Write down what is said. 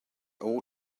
all